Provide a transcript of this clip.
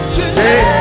today